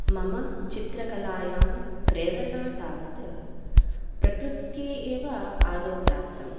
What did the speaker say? मम चित्रकलायां प्रेरणा तावत् प्रकृत्यै एव आदौ प्राप्तं